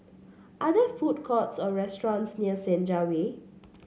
are there food courts or restaurants near Senja Way